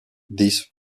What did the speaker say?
this